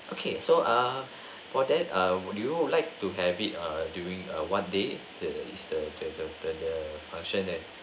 okay so uh for that err would you like to have it err during err one date to is the the the the function that